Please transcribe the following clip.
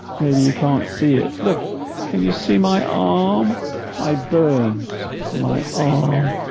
maybe you can't see it look can you see my arm i burnt my ah um